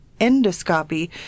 endoscopy